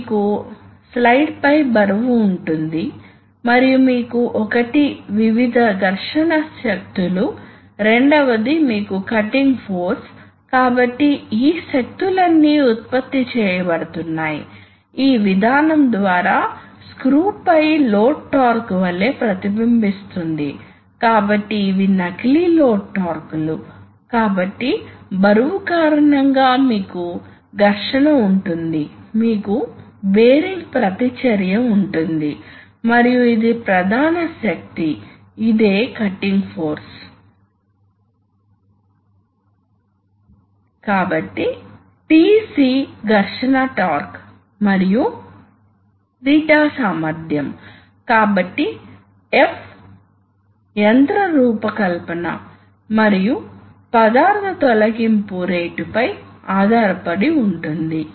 మీరు ప్రెషర్ ని చూస్తే ఉదాహరణకు మీరు న్యూమాటిక్ వాల్వ్స్ యొక్క ప్రెషర్ ఫ్లో క్యారెక్టర్స్టిక్స్ చూస్తే అది అనేక అంశాలపై ఆధారపడి ఉంటుంది ఉదాహరణకు ఇది weight flow rate discharge coefficient మరియు ఏరియా పై ఆధారపడి ఉంటుంది ఇది కంప్రెస్సిబిల్టీ ప్రవాహం కనుక ఇది అప్స్ట్రీమ్ మరియు డౌన్ స్ట్రీమ్ ప్రెషర్స్ పై కూడా ఆధారపడి ఉంటుంది ముఖ్యంగా upstream downstream pressure ratio పై కూడా ఆధారపడి ఉంటుంది ఇది ఉష్ణోగ్రతపై కూడా ఆధారపడి ఉంటుంది